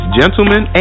gentlemen